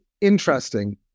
interesting